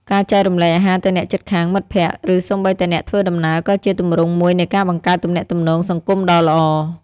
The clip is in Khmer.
ការចែករំលែកអាហារទៅអ្នកជិតខាង មិត្តភ័ក្តិ ឬសូម្បីតែអ្នកធ្វើដំណើរ ក៏ជាទម្រង់មួយនៃការបង្កើតទំនាក់ទំនងសង្គមដ៏ល្អ។